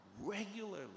regularly